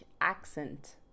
accent